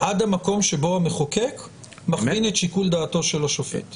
זה מטעמים מקצועיים של מיצוי שיחות בנושא הדיון.